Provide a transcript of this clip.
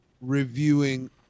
reviewing